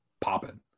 popping